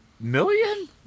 million